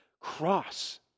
cross